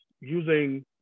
using